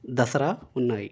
దసరా ఉన్నాయి